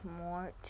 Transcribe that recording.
more